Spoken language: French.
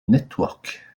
network